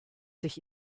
sich